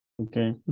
Okay